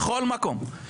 בכל מקום.